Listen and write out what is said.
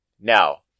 Now